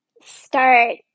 start